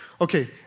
Okay